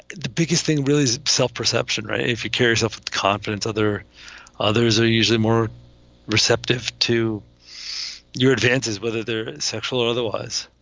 the biggest thing really. self-perception, right. if you cares of confidence, other others are usually more receptive to your advances, whether they're sexual or otherwise.